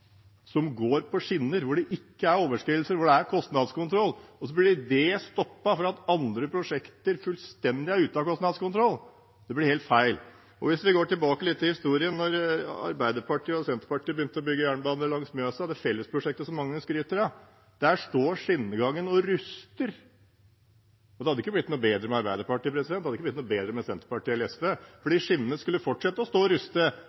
som går på skinner – hvor det ikke er overskridelser, og hvor det er kostnadskontroll – som blir stoppet fordi andre prosjekter er fullstendig uten kostnadskontroll. Det blir helt feil. Hvis vi går litt tilbake i historien, til da Arbeiderpartiet og Senterpartiet begynte å bygge jernbane langs Mjøsa, det fellesprosjektet mange skryter av: Der står skinnegangen og ruster. Det hadde ikke blitt noe bedre med Arbeiderpartiet, og det hadde ikke blitt noe bedre med Senterpartiet eller SV, for de skinnene skulle fortsette å stå